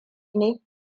ne